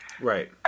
right